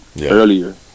earlier